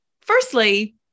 Firstly